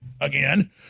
again